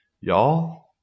y'all